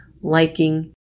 liking